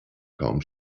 kaum